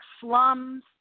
slums